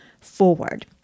forward